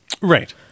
Right